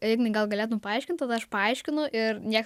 ignai gal galėtum paaiškint tada aš paaiškinu ir nieks